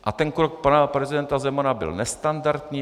A ten krok pana prezidenta byl nestandardní.